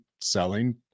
selling